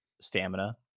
stamina